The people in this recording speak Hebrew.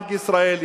בנק ישראל,